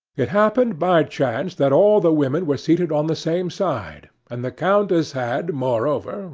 it happened by chance that all the women were seated on the same side and the countess had, moreover,